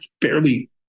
barely